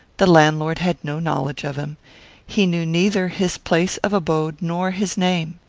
the landlord had no knowledge of him he knew neither his place of abode nor his name.